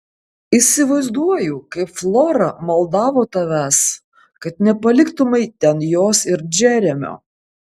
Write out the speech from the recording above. įsivaizduoju kaip flora maldavo tavęs kad nepaliktumei ten jos ir džeremio